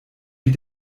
wie